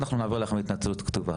אנחנו נבוא אליכם עם התנצלות כתובה,